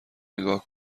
نگاه